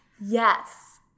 Yes